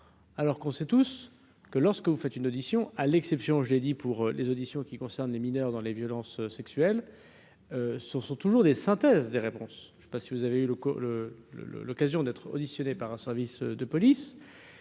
alors qu'on sait tous que lorsque vous faites une audition à l'exception, j'ai dit pour les auditions, qui concerne les mineurs dans les violences sexuelles sont toujours des synthèses des réponses, je sais pas si vous avez eu le le le le l'occasion d'être auditionné par un service de police